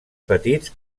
petits